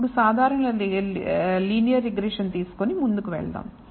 ఇప్పుడు సాధారణ linear regression తీసుకొని ముందుకు వెళ్దాం